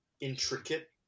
intricate